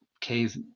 cave